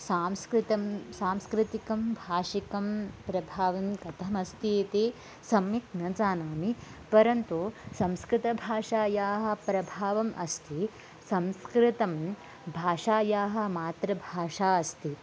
सांस्कृतं सांस्कृतिकं भाषिकं प्रभावं कथम् अस्ति इति सम्यक् न जानामि परन्तु संस्कृतभाषायाः प्रभावम् अस्ति संस्कृतं भाषायाः मातृभाषा अस्ति